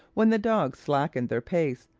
when the dogs slackened their pace,